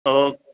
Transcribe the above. okay